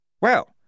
Well